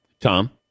Tom